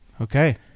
Okay